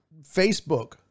Facebook